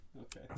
okay